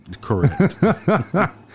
Correct